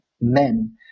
men